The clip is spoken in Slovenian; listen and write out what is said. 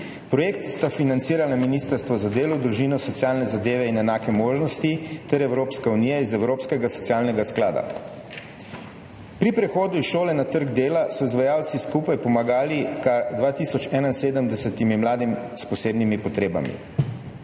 Projekt sta financirala Ministrstvo za delo, družino, socialne zadeve in enake možnosti ter Evropska unija iz Evropskega socialnega sklada. Pri prehodu iz šole na trg dela so izvajalci skupaj pomagali kar 2 tisoč 71 mladim s posebnimi potrebami.